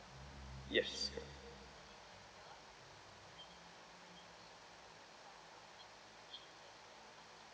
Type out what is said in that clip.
yes